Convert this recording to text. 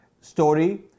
story